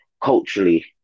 culturally